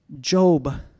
Job